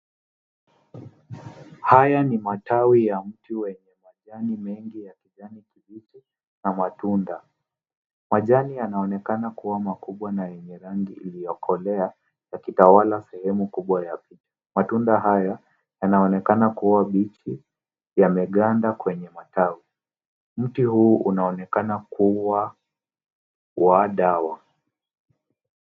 Haya ni matawi ya mti wenye majani mengi ya kijani kibichi na matunda. Majani yanaonekana kuwa makubwa na yenye rangi ililyokolea yakitawala sehemu kubwa yake. Matunda haya yanaonekana kuwa mbichi yameganda kwenye matawi. Mti huu unaonekana kuwa wa dawa.